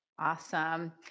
Awesome